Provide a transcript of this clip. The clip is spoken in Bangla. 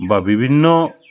বা বিভিন্ন